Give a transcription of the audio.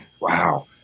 Wow